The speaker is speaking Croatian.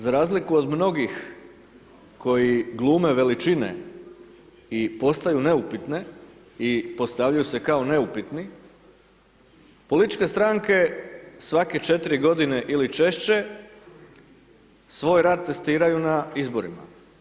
Za razliku od mnogih koji glume veličine i postaju neupitne i postavljaju se kao neupitni, političke stranke svake 4 godine ili češće svoj rad testiraju na izborima.